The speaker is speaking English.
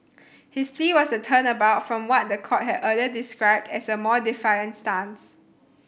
his plea was a turnabout from what the court had earlier described as a more defiant stance